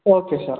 okay sir